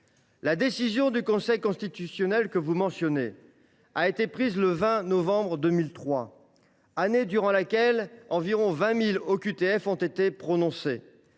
La décision du Conseil constitutionnel que vous mentionnez, ma chère collègue, date du 20 novembre 2003, année durant laquelle environ 20 000 OQTF ont été prononcées.